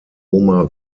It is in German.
oma